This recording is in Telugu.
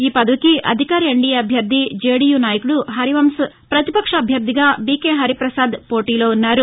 ఈ పదవికి అధికార ఎన్లీయే అభ్యర్ది జేడీయూ నాయకుడు హరివంశ్ ప్రతిపక్ష అభ్యర్దిగా బీకే హరి ప్రసాద్ పోటీలో ఉన్నారు